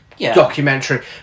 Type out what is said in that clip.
documentary